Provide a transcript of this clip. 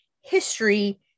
history